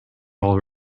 all